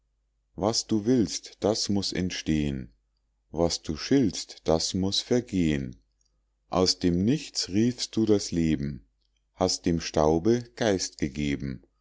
was du willst das muß entstehen was du schiltst das muß vergehen aus dem nichts riefst du das leben hast dem staube geist gegeben